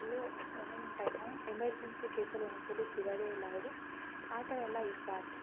ಎಲ್ಲೋ ಒನೊಂದು time emergency ಕೇಸಲ್ಲಿ ಒನೊಂದು ಸಲಿ ಸಿಗೋದೇಯಿಲ್ಲ ಅವರು ಆ ಥರ ಎಲ್ಲ ಇರಬಾರ್ದು